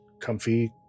comfy